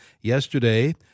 yesterday